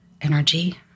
energy